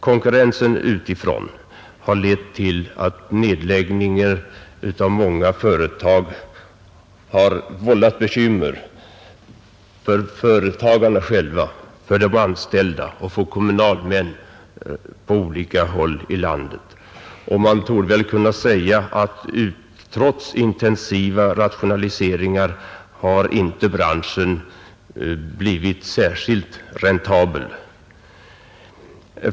Konkurrensen utifrån har lett till nedläggningar av många företag och har vållat bekymmer för företagarna själva, för de anställda och för kommunalmän på olika håll i landet. Man torde väl kunna säga att branschen trots intensiva rationali seringar inte har blivit särskilt räntabel.